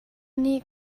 nih